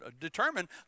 determine